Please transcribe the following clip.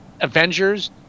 avengers